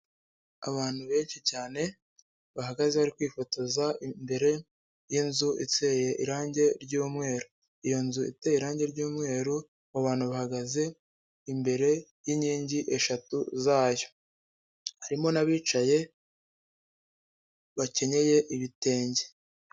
Abantu benshi cyane bahagaze bari kwifotoza imbere y'inzu iteye irange ry'umweru, iyo nzu iteye irange ry'umweru abo bantu bahagaze imbere y'inkingi eshatu zayo, harimo n'abicaye bakenyeye ibitenge.